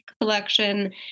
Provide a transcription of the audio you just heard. collection